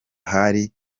hari